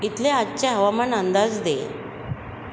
इथले आजचे हवामान अंदाज दे